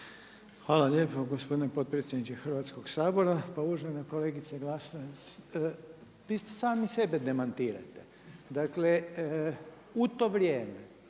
Hvala lijepo gospodine potpredsjedniče Hrvatskog sabora. Pa uvažena kolegice Glasovac, vi sami sebe demantirate. Dakle u to vrijeme